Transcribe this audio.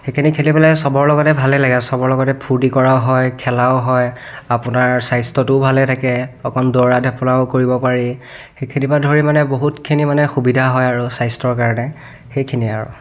সেইখিনি খেলি পেলাই সবৰ লগতে ভালে লাগে সবৰ লগতে ফূৰ্টি কৰাও হয় খেলাও হয় আপোনাৰ স্বাস্থ্যটোও ভালে থাকে অকণ দৌৰা ধাপৰাও কৰিব পাৰি সেইখিনি পৰা ধৰি মানে বহুতখিনি মানে সুবিধা হয় আৰু স্বাস্থ্যৰ কাৰণে সেইখিনিয়ে আৰু